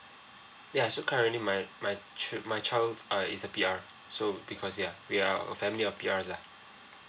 ya so currently my my childre my child are is a P_R so because ya we are a family of P_R lah